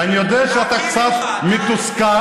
ואני יודע שאתה קצת מתוסכל.